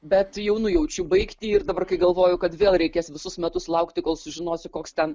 bet jau nujaučiu baigtį ir dabar kai galvoju kad vėl reikės visus metus laukti kol sužinosiu koks ten